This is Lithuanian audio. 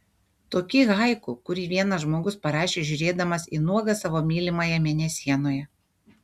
tokį haiku kurį vienas žmogus parašė žiūrėdamas į nuogą savo mylimąją mėnesienoje